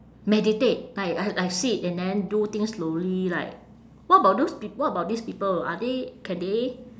meditate like I I sit and then do things slowly like what about those p~ what about these people are they can they